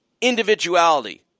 individuality